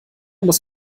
muss